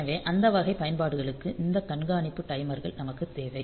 எனவே அந்த வகை பயன்பாடுகளுக்கு இந்த கண்காணிப்பு டைமர்கள் நமக்கு தேவை